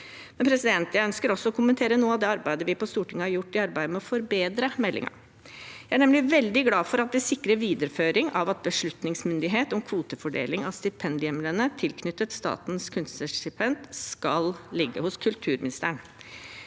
de virket. Jeg ønsker også å kommentere noe av det arbeidet vi på Stortinget har gjort med å forbedre meldingen. Jeg er nemlig veldig glad for at det sikrer videreføring av at beslutningsmyndighet om kvotefordeling av stipendhjemlene tilknyttet Statens kunstnerstipend skal ligge hos kulturministeren.